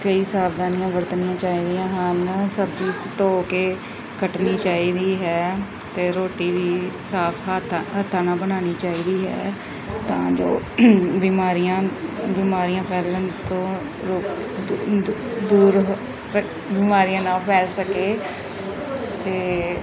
ਕਈ ਸਾਵਧਾਨੀਆਂ ਵਰਤਣੀਆਂ ਚਾਹੀਦੀਆਂ ਹਨ ਸਬਜ਼ੀ ਸ ਧੋ ਕੇ ਕੱਟਣੀ ਚਾਹੀਦੀ ਹੈ ਅਤੇ ਰੋਟੀ ਵੀ ਸਾਫ ਹੱਥਾ ਹੱਥਾਂ ਨਾਲ ਬਣਾਉਣੀ ਚਾਹੀਦੀ ਹੈ ਤਾਂ ਜੋ ਬਿਮਾਰੀਆਂ ਬਿਮਾਰੀਆਂ ਫੈਲਣ ਤੋਂ ਰੋਕ ਦੂਰ ਬਿਮਾਰੀਆਂ ਨਾ ਫੈਲ ਸਕੇ ਅਤੇ